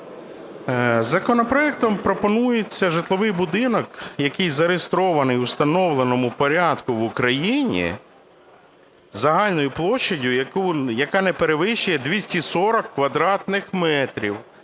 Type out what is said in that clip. Законопроектом пропонується житловий будинок, який зареєстрований у встановленому порядку в Україні, загальною площею, яка не перевищує 240 квадратних метрів,